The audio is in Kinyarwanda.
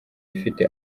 ifite